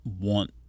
want